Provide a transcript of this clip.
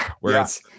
Whereas